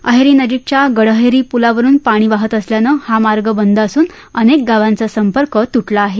अहेरीनजीकच्या गडअहेरी पुलावरुन पाणी वाहत असल्यानं हा मार्ग बंद असून अनेक गावांचा संपर्क तुटला आहे